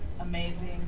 amazing